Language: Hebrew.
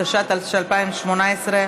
התשע"ט 2018,